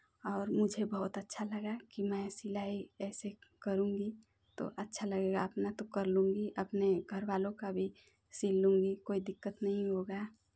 और मुझे बहुत अच्छा लगा कि मैं सिलाई ऐसे क करूँगी तो अच्छा लगेगा अपना तो कर लूँगी अपने घर वालों का भी सिल लूँगी कोई दिक्कत नहीं होगा